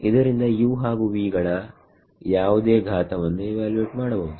ಇದರಿಂದ u ಹಾಗು v ಗಳ ಯಾವುದೇ ಘಾತವನ್ನು ಇವ್ಯಾಲುವೇಟ್ ಮಾಡಬಹುದು